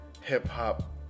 hip-hop